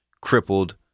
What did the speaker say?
crippled